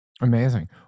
Amazing